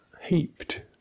Heaped